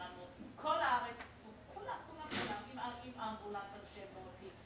ברגע שקבענו הסמכה כזאת היא יכולה להתגבר על הוראות חקיקה ראשית.